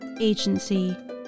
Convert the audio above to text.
Agency